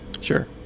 Sure